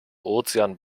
ozean